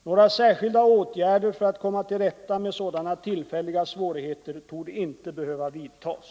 Några särskilda åtgärder för att komma till rätta med sådana tillfälliga svårigheter torde inte behöva vidtas.